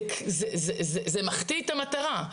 זה מחטיא את המטרה.